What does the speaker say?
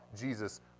Jesus